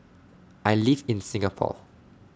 I live in Singapore